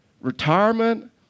retirement